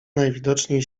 najwidoczniej